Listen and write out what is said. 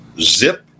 Zip